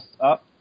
up